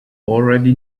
already